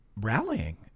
rallying